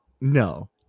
no